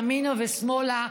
ימינה ושמאלה,